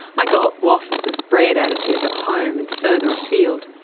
i got wafts of bread additive at home and further afield,